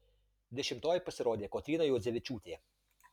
dešimtoji pasirodė kotryna juodzevičiūtė